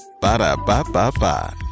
Ba-da-ba-ba-ba